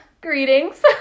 greetings